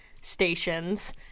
stations